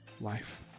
life